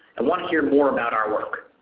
and want to hear more about our work.